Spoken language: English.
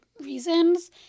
reasons